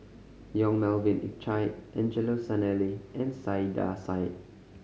Yong Melvin Yik Chye Angelo Sanelli and Saiedah Said